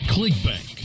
ClickBank